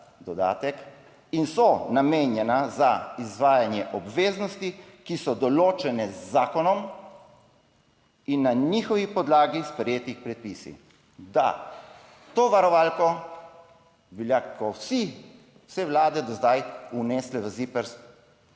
in so namenjena za izvajanje obveznosti, ki so določene z zakonom in na njihovi podlagi sprejeti predpisi, da to varovalko velja, ko vsi, vse vlade do zdaj vnesle v ZIPRS